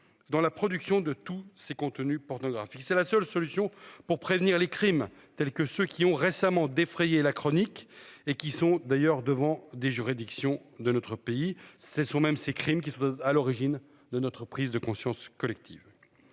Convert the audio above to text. dans la production de tous ces contenus pornographiques. C'est la seule solution pour prévenir les crimes tels que ceux qui ont récemment défrayé la chronique et qui sont d'ailleurs devant des juridictions de notre pays, ce sont même ces crimes qui sont à l'origine de notre prise de conscience collective.